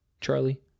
Charlie